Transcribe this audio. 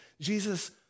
Jesus